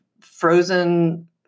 frozen